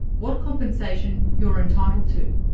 what compensation you're entitled to.